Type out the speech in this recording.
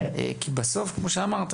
כי בסוף איך שאמרת,